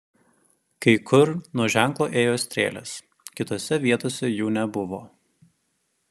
kai kur nuo ženklo ėjo strėlės kitose vietose jų nebuvo